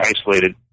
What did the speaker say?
isolated